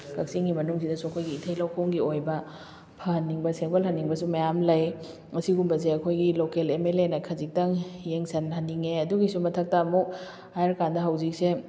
ꯀꯛꯆꯤꯡꯒꯤ ꯃꯅꯨꯡꯁꯤꯗꯁꯨ ꯑꯩꯈꯣꯏꯒꯤ ꯏꯊꯩ ꯂꯧꯈꯣꯡꯒꯤ ꯑꯣꯏꯕ ꯐꯍꯟꯅꯤꯡꯕ ꯁꯦꯝꯒꯠ ꯍꯟꯅꯤꯡꯕꯁꯨ ꯃꯌꯥꯝ ꯂꯩ ꯑꯁꯤꯒꯨꯝꯕꯁꯦ ꯑꯩꯈꯣꯏꯒꯤ ꯂꯣꯀꯦꯜ ꯑꯦꯝ ꯑꯦꯜ ꯑꯦꯅ ꯈꯖꯤꯛꯇꯪ ꯌꯦꯡꯁꯟꯍꯟꯅꯤꯡꯉꯦ ꯑꯗꯨꯒꯤꯁꯨ ꯃꯊꯛꯇ ꯑꯃꯨꯛ ꯍꯥꯏꯔ ꯀꯥꯟꯗ ꯍꯧꯖꯤꯛꯁꯦ